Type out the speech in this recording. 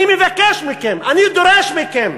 אני מבקש מכם, אני דורש מכם,